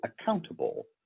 accountable